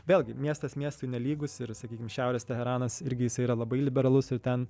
vėlgi miestas miestui nelygus ir sakykim šiaurės teheranas irgi yra labai liberalus ir ten